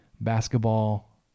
basketball